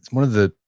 one of the,